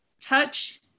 Touch